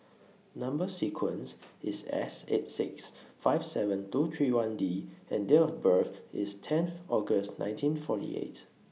Number sequence IS S eight six five seven two three one D and Date of birth IS tenth August nineteen forty eight